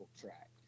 track